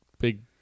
big